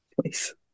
Please